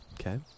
Okay